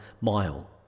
mile